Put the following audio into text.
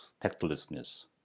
tactlessness